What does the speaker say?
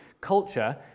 culture